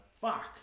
fuck